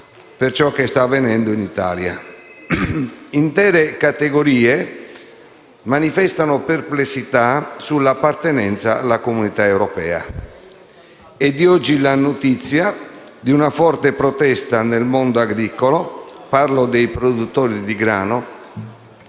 per ciò che sta avvenendo in Italia, dove intere categorie manifestano perplessità sull'appartenenza alla Comunità europea. È di oggi la notizia di una forte protesta nel mondo agricolo - parlo dei produttori di grano